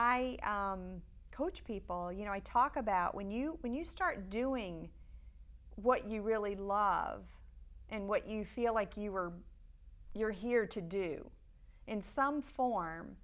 i coach people you know i talk about when you when you start doing what you really love and what you feel like you are you're here to do in some form